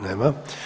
Nema.